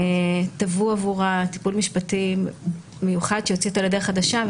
טוו עבורה טיפול משפטי מיוחד שיוציא אותה לדרך חדשה.